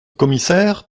commissaire